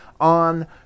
on